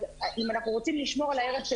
אז אם אנחנו רוצים לשמור על הערך של